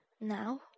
Now